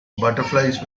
butterflies